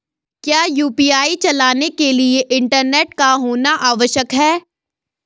क्या यु.पी.आई चलाने के लिए इंटरनेट का होना आवश्यक है?